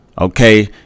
Okay